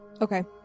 Okay